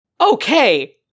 Okay